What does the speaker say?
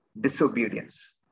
disobedience